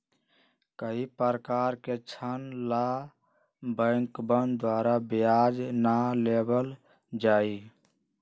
कई प्रकार के ऋण ला बैंकवन द्वारा ब्याज ना लेबल जाहई